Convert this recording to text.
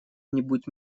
нибудь